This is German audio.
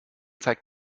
zeigt